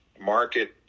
market